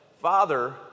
Father